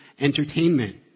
entertainment